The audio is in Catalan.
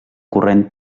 corrent